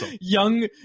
young